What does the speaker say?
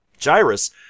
Gyrus